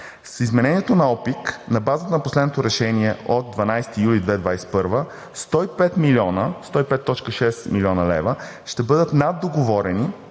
С изменението на ОПИК на база на последното решение от 12 юли 2021 г. 105,6 млн. лв. ще бъдат наддоговорени